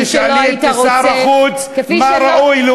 תשאלי את שר החוץ מה ראוי,